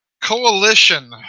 coalition